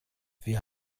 wir